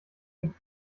dem